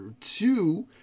two